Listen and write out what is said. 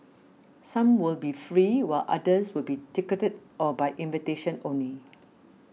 some will be free while others will be ticketed or by invitation only